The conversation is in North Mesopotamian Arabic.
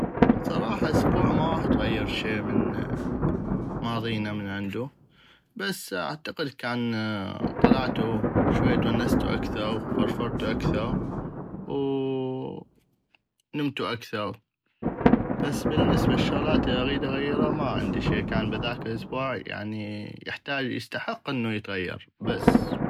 بصراحة اسبوع ما غاح تغير شي من ماضينا من عندو بس اعتقد كان طلعتو شوي تونستو اكثغ فرفرتو اكثغ ونمتو اكثغ بس بل النسبة لشغلات الي اغيد اغيرة ما عندي شي بهذاك الاسبوعيعني يحتاج يستحق انو يتغير بس.